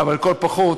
אבל לכל הפחות